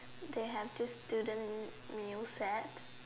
they have this student meal set